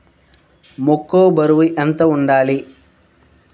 మొక్కొ బరువు ఎంత వుండాలి?